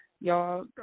y'all